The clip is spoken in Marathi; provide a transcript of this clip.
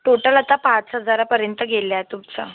टोटल आता पाच हजारापर्यंत गेलं आहे तुमचं